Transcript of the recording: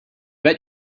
bet